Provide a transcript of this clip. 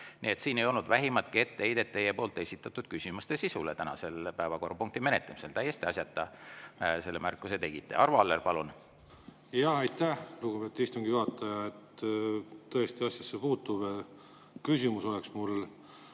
siin ei olnud vähimatki etteheidet teie esitatud küsimuste sisule täna selle päevakorrapunkti menetlemisel. Täiesti asjata selle märkuse tegite. Arvo Aller, palun! Aitäh, lugupeetud istungi juhataja! Mul on tõesti asjasse puutuv küsimus.